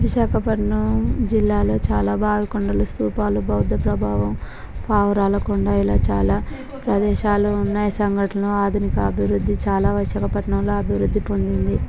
విశాఖపట్నం జిల్లాలో చాలా బాగా కొండలు స్థూపాలు బౌద్ధప్రభావం పావురాలకొండ ఇలా చాలా ప్రదేశాలు ఉన్నాయి సంఘటనలు ఆధునిక అభివృద్ధి చాలా విశాఖపట్నంలో అభివృద్ధి పొందింది